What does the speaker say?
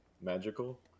magical